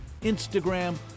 Instagram